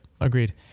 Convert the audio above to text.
Agreed